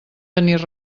tenir